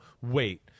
wait